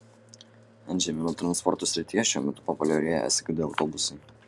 antžeminio transporto srityje šiuo metu populiarėja sgd autobusai